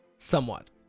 Somewhat